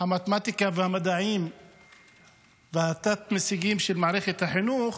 המתמטיקה והמדעים והתת-הישגים של מערכת החינוך,